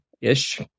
ish